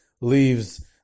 leaves